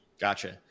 Gotcha